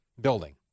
building